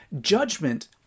Judgment